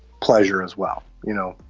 pleasure as well, you know.